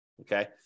Okay